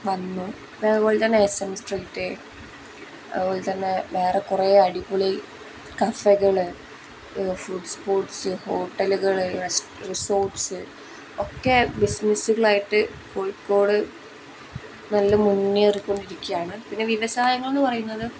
വന്നു പിന്ന അതുപോലെത്തന്നെ എസ് എം സ്ട്രീറ്റ് അതുപോലെത്തന്നെ വേറെ കുറേ അടിപൊളി കഫെകൾ ഫുഡ് സ്പോട്സ് ഹോട്ടലുകൾ റിസോർട്സ് ഒക്കെ ബിസിനസ്സുകളായിട്ട് കോഴിക്കോട് നല്ല മുന്നേറിക്കൊണ്ടിരിക്കുകയാണ് പിന്നെ വ്യവസായങ്ങൾ എന്ന് പറയുന്നത്